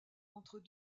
entre